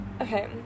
Okay